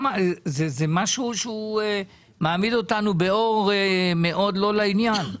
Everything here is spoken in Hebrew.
זה משהו שמעמיד אותנו באור מאוד לא לעניין.